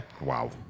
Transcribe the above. Wow